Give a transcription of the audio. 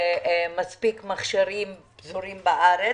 מכשירים שפזורים בארץ,